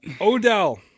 Odell